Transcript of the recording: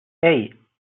hey